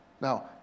Now